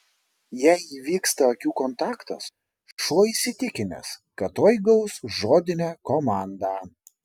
jei įvyksta akių kontaktas šuo įsitikinęs kad tuoj gaus žodinę komandą